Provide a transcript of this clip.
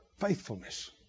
faithfulness